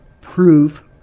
proof